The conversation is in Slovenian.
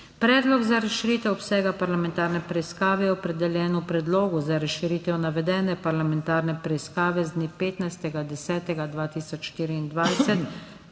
Predlog za razširitev obsega parlamentarne preiskave je opredeljen v predlogu za razširitev navedene parlamentarne preiskave z dne 15. 10. 2024.